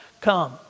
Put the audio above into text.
come